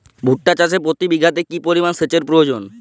ভুট্টা চাষে প্রতি বিঘাতে কি পরিমান সেচের প্রয়োজন?